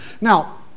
Now